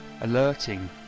alerting